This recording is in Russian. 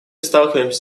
сталкиваемся